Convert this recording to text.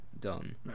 done